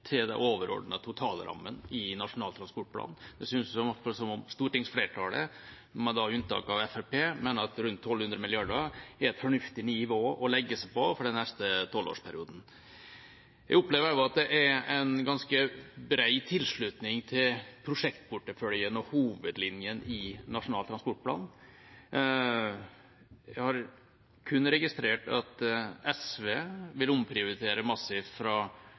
til den overordnede totalrammen i Nasjonal transportplan. Det synes i hvert fall som stortingsflertallet – da med unntak av Fremskrittspartiet – mener rundt 1 200 mrd. kr er et fornuftig nivå å legge seg på for den neste tolvårsperioden. Jeg opplever også at det er en ganske brei tilslutning til prosjektporteføljen og hovedlinjene i Nasjonal transportplan. Jeg har kun registrert at SV vil omprioritere massivt fra